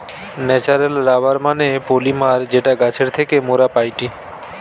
natural rubber মানে polymer যেটা গাছের থেকে মোরা পাইটি